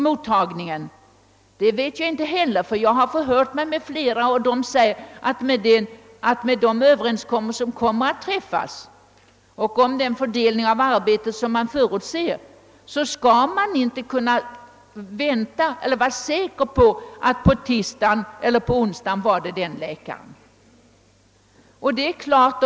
Jag har talat med människor från olika sjukhusstyrelser och de har inte ansett, att väntade överenskommelser och uppdelning av arbetsuppgifterna gör det möjligt för en patient att vara säker på att på tisdagen eller onsdagen träffa just den eller den läkaren.